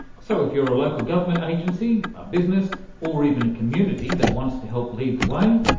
so if you're a local government agency, a business or even a community that wants to help lead the way,